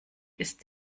ist